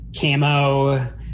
camo